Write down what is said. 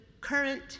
current